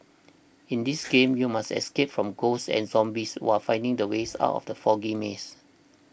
in this game you must escape from ghosts and zombies while finding the ways out of the foggy maze